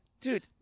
Dude